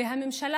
וגם של הממשלה,